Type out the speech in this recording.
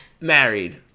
married